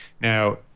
Now